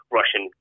Russian